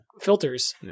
filters